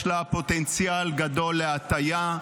יש לה פוטנציאל גדול להטיה.